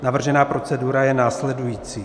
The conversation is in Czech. Navržená procedura je následující: